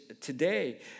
today